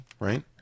Right